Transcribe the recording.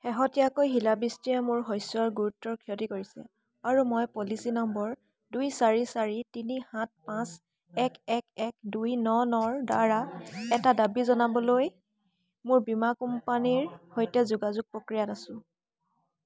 শেহতীয়াকৈ শিলাবৃষ্টিয়ে মোৰ শস্যৰ গুৰুতৰ ক্ষতি কৰিছে আৰু মই পলিচী নম্বৰ দুই চাৰি চাৰি তিনি সাত পাঁচ এক এক এক দুই ন নৰদ্বাৰা এটা দাবী জনাবলৈ মোৰ বীমা কোম্পানীৰ সৈতে যোগাযোগ প্ৰক্ৰিয়াত আছোঁ